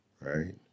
right